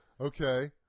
Okay